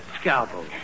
scalpel